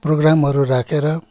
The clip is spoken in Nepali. प्रोगामहरू राखेर